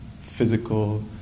physical